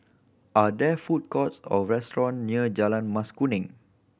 are there food courts or restaurant near Jalan Mas Kuning